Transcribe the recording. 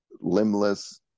limbless